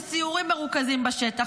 לסיורים מרוכזים בשטח,